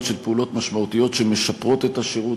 של פעולות משמעותיות שמשפרות את השירות.